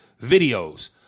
videos